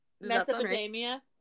Mesopotamia